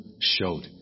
showed